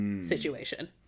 situation